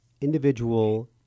individual